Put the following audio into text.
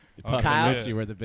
Kyle